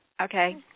Okay